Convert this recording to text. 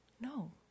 no